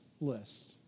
list